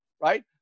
right